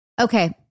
Okay